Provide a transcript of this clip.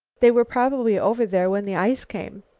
they were probably over there when the ice came.